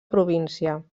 província